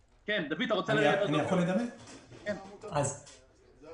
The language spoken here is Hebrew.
הוא יכול לגמור לבד אבל לנו לוקח פה שנה